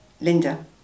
Linda